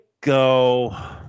go –